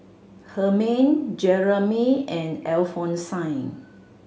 Hermine Jeramy and Alphonsine